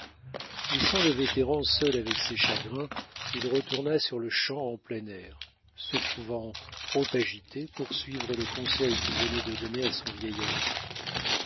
laissant le vétéran seul avec ses chagrins il retourna sur-le-champ en plein air se trouvant trop agité pour suivre le conseil qu'il venait de donner à son vieil ami